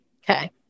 Okay